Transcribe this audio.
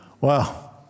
Wow